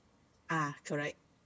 uh correct